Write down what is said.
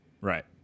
Right